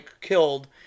killed